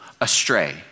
astray